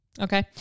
Okay